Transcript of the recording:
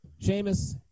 Seamus